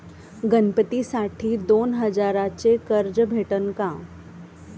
गणपतीसाठी दोन हजाराचे कर्ज भेटन का?